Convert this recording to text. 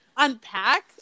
unpack